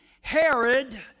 herod